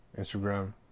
Instagram